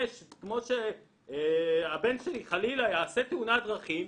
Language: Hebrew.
כמו שהבן שלי חלילה יעשה תאונת דרכים,